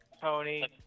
Tony